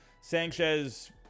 Sanchez